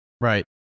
Right